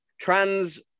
trans